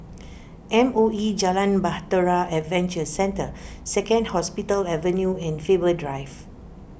M O E Jalan Bahtera Adventure Centre Second Hospital Avenue and Faber Drive